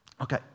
Okay